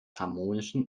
harmonischen